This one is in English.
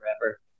forever